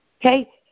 Okay